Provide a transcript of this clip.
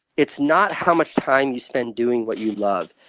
it's not how much time you spend doing what you love.